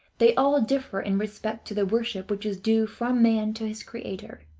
they all differ in respect to the worship which is due from man to his creator,